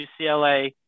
ucla